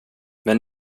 men